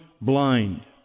blind